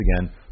again